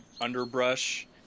underbrush